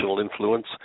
influence